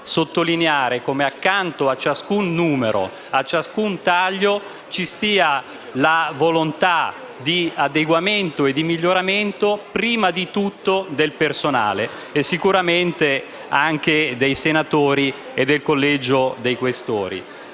sottolineare come, accanto a ciascun numero, a ciascun taglio, vi sia la volontà di adeguamento e di miglioramento prima di tutto del personale e sicuramente anche dei senatori e del Collegio dei Questori.